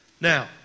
Now